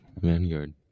Vanguard